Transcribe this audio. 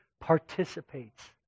participates